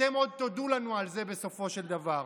אתם עוד תודו לנו על זה בסופו של דבר.